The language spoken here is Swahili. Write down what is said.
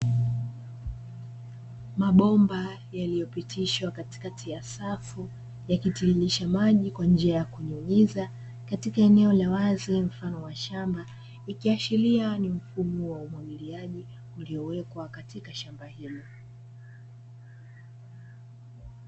Mabomba yaliyopitishwa katikati ya safu yakitirirsha maji kwa njia ya kunyunyiza, katika eneo la wazi mfano wa shamba ikiashiria ni mfumo wa umwagiliaji uliowekwa katika shamba hilo.